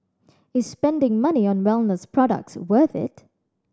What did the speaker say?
is spending money on wellness products worth it